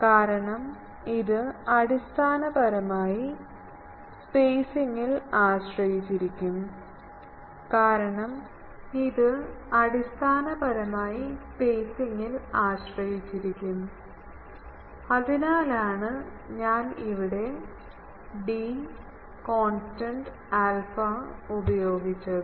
കാരണം ഇത് അടിസ്ഥാനപരമായി സ്പേസിങ് ഇൽ ആശ്രയിച്ചിരിക്കും അതിനാലാണ് ഞാൻ ഇവിടെ ഡി കോൺസ്റ്റൻസ് ആൽഫ ഉപയോഗിച്ചത്